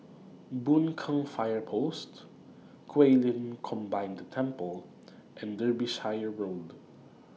Boon Keng Fire Post Guilin Combined Temple and Derbyshire Road